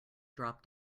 drop